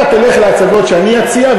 אתה תלך להצגות שאני אציע,